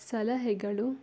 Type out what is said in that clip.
ಸಲಹೆಗಳು